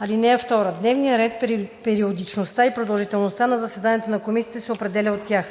(2) Дневният ред, периодичността и продължителността на заседанията на комисиите се определят от тях.